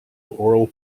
oral